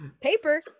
paper